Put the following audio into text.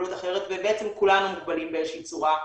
מוגבלות אחרת ובעצם כולנו מוגבלים באיזו שהיא צורה,